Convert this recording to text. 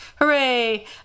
Hooray